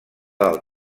del